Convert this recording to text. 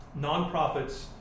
nonprofits